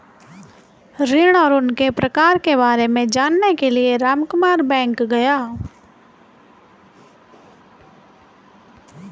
ऋण और उनके प्रकार के बारे में जानने के लिए रामकुमार बैंक गया